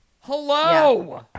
Hello